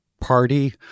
party